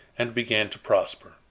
and began to prosper.